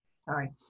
sorry